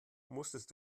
musstest